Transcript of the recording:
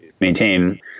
maintain